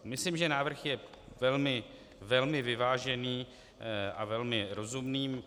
Myslím, že návrh je velmi vyvážený a velmi rozumný.